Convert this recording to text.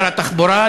שר התחבורה,